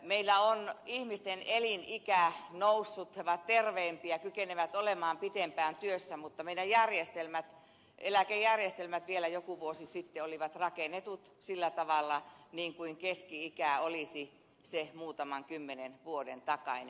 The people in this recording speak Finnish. meillä on ihmisten elinikä noussut he ovat terveempiä kykenevät olemaan pitempään työssä mutta meidän eläkejärjestelmämme vielä joku vuosi sitten olivat sillä tavalla rakennetut kuin keski ikä olisi se muutaman kymmenen vuoden takainen